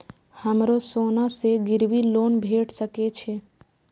हमरो सोना से गिरबी लोन भेट सके छे?